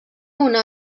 una